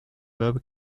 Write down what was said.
berber